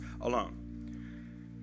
alone